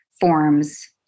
Forms